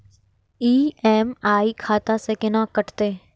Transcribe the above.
EMI खाता से केना कटते?